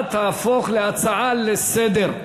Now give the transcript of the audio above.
ההצעה תהפוך להצעה לסדר-היום.